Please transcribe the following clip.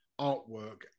artwork